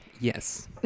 Yes